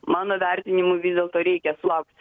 mano vertinimu vis dėlto reikia sulaukt